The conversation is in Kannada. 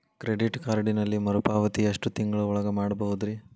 ಕ್ರೆಡಿಟ್ ಕಾರ್ಡಿನಲ್ಲಿ ಮರುಪಾವತಿ ಎಷ್ಟು ತಿಂಗಳ ಒಳಗ ಮಾಡಬಹುದ್ರಿ?